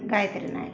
Gayatri Nayak